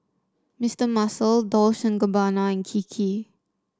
Mister Muscle Dolce and Gabbana and Kiki